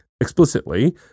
explicitly